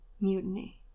Mutiny